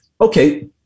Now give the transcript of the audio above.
okay